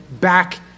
back